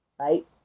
right